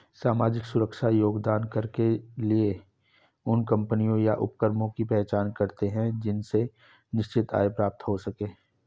सामाजिक सुरक्षा योगदान कर के लिए उन कम्पनियों या उपक्रमों की पहचान करते हैं जिनसे निश्चित आय प्राप्त हो सके